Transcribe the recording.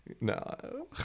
no